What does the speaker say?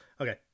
Okay